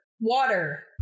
water